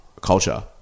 culture